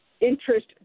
interest